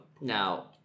now